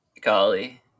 golly